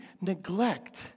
neglect